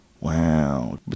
Wow